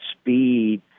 speed